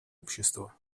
общества